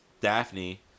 Daphne